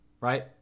right